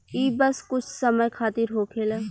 ई बस कुछ समय खातिर होखेला